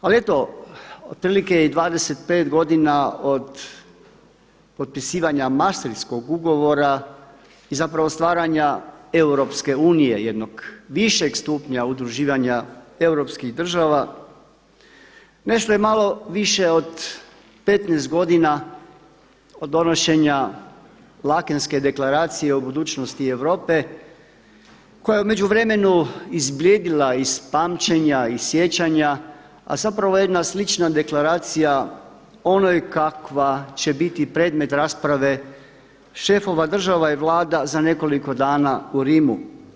Ali eto, otprilike i 25 godina od potpisivanja Mastrihtskog ugovora i zapravo stvaranja Europske unije jednog višeg stupnja udruživanja europskih država nešto je malo više od 15 godina od donošenja Laekenske deklaracije o budućnosti Europe koja je u međuvremenu izblijedila iz pamćenja i sjećanja a zapravo jedna slična deklaracija onoj kakva će biti predmet rasprave šefova država i vlada za nekoliko dana u Rimu.